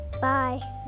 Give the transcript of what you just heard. bye